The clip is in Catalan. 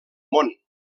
món